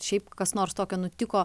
šiaip kas nors tokio nutiko